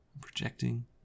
projecting